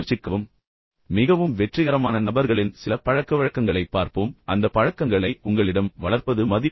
இப்போது மிகவும் வெற்றிகரமான நபர்களின் சில பழக்கவழக்கங்களைப் பார்ப்போம் அந்த பழக்கங்களை உங்களிடம் வளர்ப்பது மதிப்புக்குரியது